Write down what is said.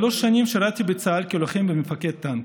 שלוש שנים שירתי בצה"ל כלוחם וכמפקד טנק.